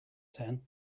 ten